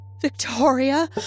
Victoria